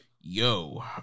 yo